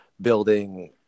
building